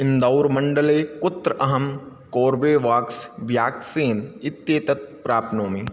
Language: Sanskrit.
इन्दोर् मण्डळे कुत्र अहं कोर्बेवाक्स् व्याक्सीन् इत्येतत् प्राप्नोमि